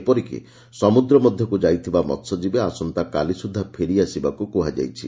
ଏପରିକି ସମୁଦ୍ର ମଧ୍ୟକୁ ଯାଇଥିବା ମହ୍ୟଜୀବୀ ଆସନ୍ତାକାଲି ସ୍ରତ୍ଧା ଫେରିଆସିବାକୁ କୁହାଯାଇଛି